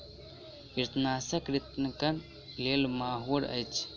कृंतकनाशक कृंतकक लेल माहुर अछि